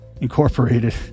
Incorporated